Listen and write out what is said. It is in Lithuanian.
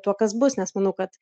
tuo kas bus nes manau kad